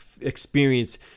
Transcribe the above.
experience